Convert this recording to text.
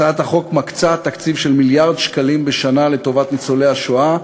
הצעת החוק מקצה תקציב של מיליארד שקלים בשנה לטובת ניצולי השואה.